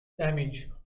damage